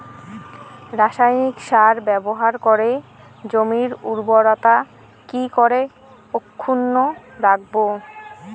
রাসায়নিক সার ব্যবহার করে জমির উর্বরতা কি করে অক্ষুণ্ন রাখবো